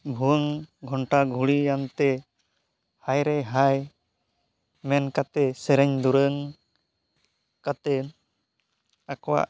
ᱵᱷᱩᱣᱟᱹᱝ ᱜᱷᱚᱱᱴᱟ ᱜᱷᱚᱲᱤᱭᱟᱱ ᱛᱮ ᱦᱟᱭᱨᱮ ᱦᱟᱭ ᱢᱮᱱ ᱠᱟᱛᱮᱫ ᱥᱮᱨᱮᱧ ᱫᱩᱨᱟᱹᱝ ᱠᱟᱛᱮᱫ ᱟᱠᱚᱣᱟᱜ